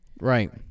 Right